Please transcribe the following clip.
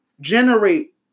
generate